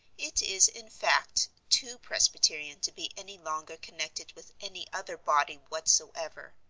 it is, in fact, too presbyterian to be any longer connected with any other body whatsoever.